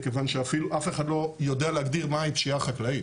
מאחר שאף אחד אפילו לא יודע להגדיר מהי פשיעה חקלאית.